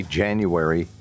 january